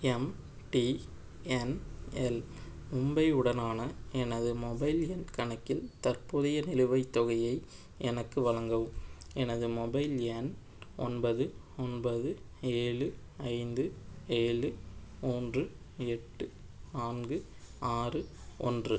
MTNL Mumbai உடனான எனது mobile எண் கணக்கில் தற்போதைய நிலுவைத் தொகையை எனக்கு வழங்கவும் எனது மொபைல் எண் ஒன்பது ஒன்பது ஏழு ஐந்து ஏழு மூன்று எட்டு நான்கு ஆறு ஒன்று